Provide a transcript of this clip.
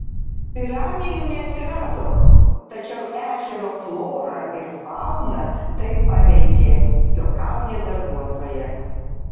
piranijų neatsirado tačiau ežero florą ir fauną tai paveikė juokauja darbuotoja